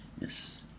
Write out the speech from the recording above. Yes